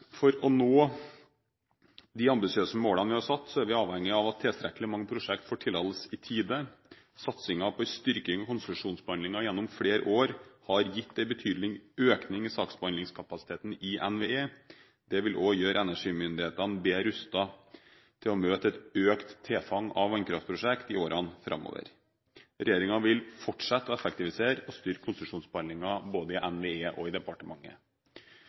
For å nå de ambisiøse målene vi har satt, er vi avhengig av at tilstrekkelig mange prosjekter får tillatelse i tide. Satsingen på en styrking av konsesjonsbehandlingen gjennom flere år har gitt en betydelig økning i saksbehandlingskapasiteten i NVE. Det vil også gjøre energimyndighetene bedre rustet til å møte et økt tilfang av vannkraftprosjekter i årene framover. Regjeringen vil fortsette å effektivisere og styrke konsesjonsbehandlingen både i NVE og i departementet.